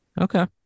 Okay